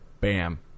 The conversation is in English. Bam